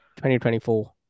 2024